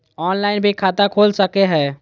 Online भी खाता खूल सके हय?